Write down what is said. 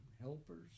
helpers